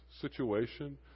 situation